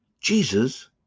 Jesus